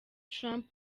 trump